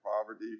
poverty